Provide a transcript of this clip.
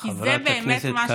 כי זה באמת מה שחשוב.